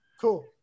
Cool